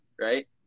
right